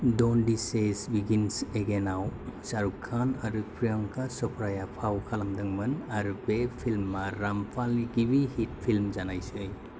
Don the chase begins again आव शाहरुख खान आरो प्रियंका चोपड़ाया फाव खालामदोंमोन आरो बे फिल्मआ रामपालनि गिबि हिट फिल्म जानायसै